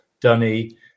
Dunny